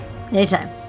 Anytime